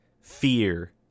fear